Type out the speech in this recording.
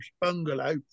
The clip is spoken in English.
bungalow